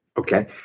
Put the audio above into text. Okay